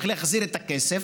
איך להחזיר את הכסף